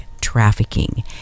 trafficking